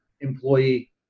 employee